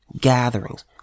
gatherings